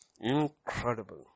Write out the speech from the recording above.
Incredible